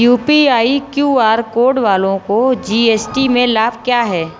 UPI QR code वालों को GST में लाभ क्या है?